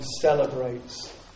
celebrates